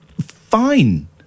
fine